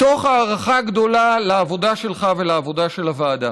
מתוך הערכה גדולה לעבודה שלך ולעבודה של הוועדה,